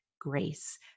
grace